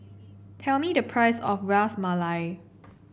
tell me the price of Ras Malai